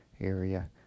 area